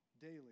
daily